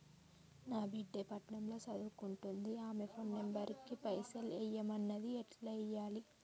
నా బిడ్డే పట్నం ల సదువుకుంటుంది ఆమె ఫోన్ నంబర్ కి పైసల్ ఎయ్యమన్నది ఎట్ల ఎయ్యాలి?